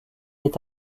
est